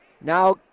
Now